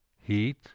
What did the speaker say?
heat